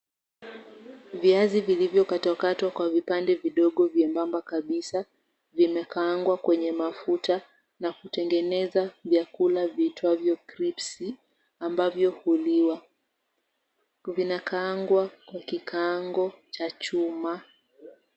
Viazi vilivyokatwa katwa kwa vipande vidogo vyebamba kabisa, vimekaangwa kwenye mafuta na kutengeneza vyakula viitwavyo crips ambavyo huliwa. Vinakaangwa kwa kikaango cha chuma.